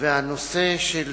הנושא של